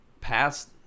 past